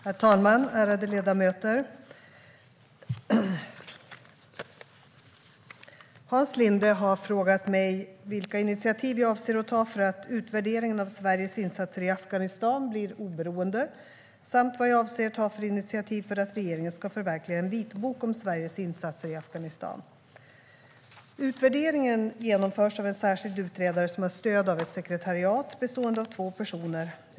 Herr talman! Ärade ledamöter! Hans Linde har frågat mig vilka initiativ jag avser att ta för att utvärderingen av Sveriges insatser i Afghanistan ska bli oberoende samt vilka initiativ jag avser att ta för att regeringen ska förverkliga en vitbok om Sveriges insatser i Afghanistan. Utvärderingen genomförs av en särskild utredare som har stöd av ett sekretariat bestående av två personer.